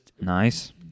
Nice